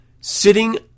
Sitting